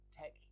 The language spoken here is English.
tech